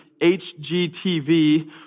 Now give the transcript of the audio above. HGTV